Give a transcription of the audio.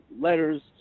letters